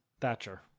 Thatcher